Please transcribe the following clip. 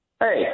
Hey